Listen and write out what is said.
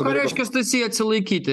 ką reiškia stasy atsilaikyti